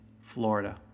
Florida